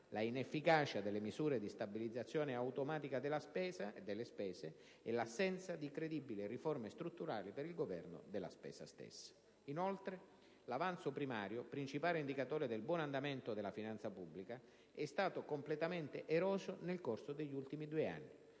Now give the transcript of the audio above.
l'inefficacia delle misure di stabilizzazione automatica delle spese e l'assenza di credibili riforme strutturali per il Governo della spesa. Inoltre, l'avanzo primario, principale indicatore del buon andamento della finanza pubblica, è stato completamente eroso nel corso degli ultimi due anni,